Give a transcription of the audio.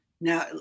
Now